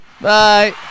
Bye